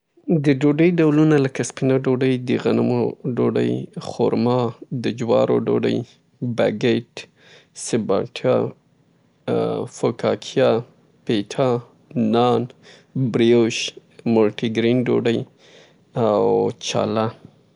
ډوډۍ مختلفې انواوې لري نظر کولتور او فرهنګ ته لکه د خرما ډوډۍ شوه، د وربشو ډوډۍ او همدارنګه د غنمو ډوډۍ لکه بګیج، بریوچي، فکاکیا، مولتي ګرین، نان او همدارنګه روټۍ، غوړه ډوډۍ او داسې نور.